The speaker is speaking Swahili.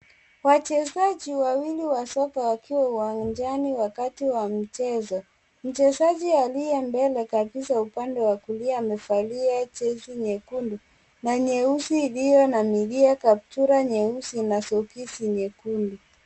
Wachezaji wawili wa soka wakiwa uwanjani wakati wa mchezo. Mchezaji aliye mbele kabisa upande wa kulia amevalia jezi nyekundu na nyeusi iliyo na milia, kaptula nyeusi na soksi nyekundu.